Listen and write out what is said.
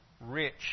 rich